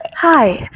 Hi